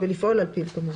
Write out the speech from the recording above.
ולפעול על פיו.